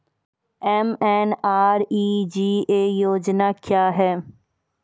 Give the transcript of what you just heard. MNREGA योजना क्या हैं?